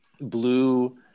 blue